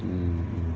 mm